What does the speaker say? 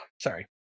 sorry